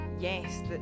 Yes